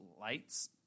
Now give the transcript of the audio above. lights